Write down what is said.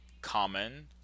common